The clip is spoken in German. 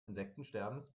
insektensterbens